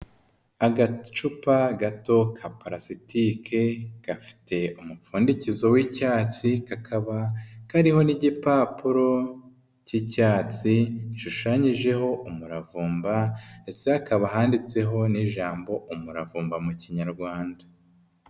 Agacupa gato ka palasitike gafite umupfundikizo w'icyatsi kakaba kariho n'igipapuro cy'icyatsi gishushanyijeho umuravumba ndetse hakaba handitseho n'ijambo umuravumba mu kinyarwanda.